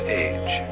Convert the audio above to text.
age